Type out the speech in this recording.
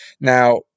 Now